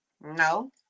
No